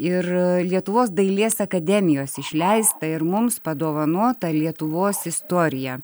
ir lietuvos dailės akademijos išleistą ir mums padovanotą lietuvos istoriją